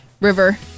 River